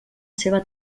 seva